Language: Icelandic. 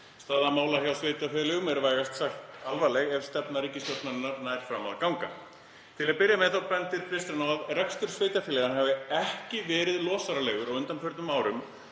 Staða mála hjá sveitarfélögum er vægast sagt alvarleg ef stefna ríkisstjórnarinnar nær fram að ganga. Til að byrja með bendir Kristrún á að rekstur sveitarfélaga hafi ekki verið losaralegur á undanförnum árum.